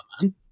man